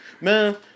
man